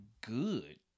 good